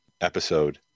episode